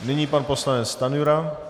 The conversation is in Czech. Nyní pan poslanec Stanjura.